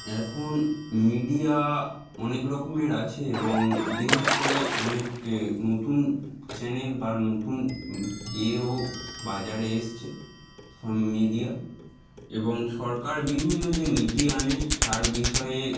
এখন মিডিয়া অনেক রকমের আছে এবং বিশেষ করে অনেক নতুন চ্যানেল বা নতুন এও বাজারে এসেছে সব মিডিয়া এবং সরকার বিভিন্ন যে নীতি আনে তার বিষয়ে